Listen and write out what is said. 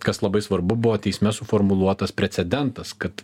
kas labai svarbu buvo teisme suformuluotas precedentas kad